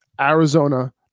Arizona